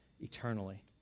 eternally